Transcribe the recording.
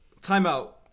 Timeout